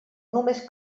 només